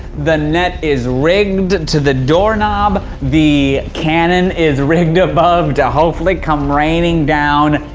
the net is rigged to the doorknob. the cannon is rigged above, to hopefully come raining down.